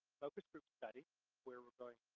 focus-group study where we're going